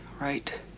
right